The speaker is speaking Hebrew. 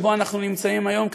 שבו אנחנו נמצאים היום,